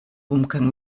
umgang